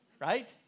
right